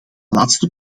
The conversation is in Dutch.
laatste